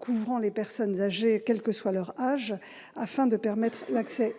couvrant les personnes âgées, quelle que soit leur âge, afin de permettre l'accès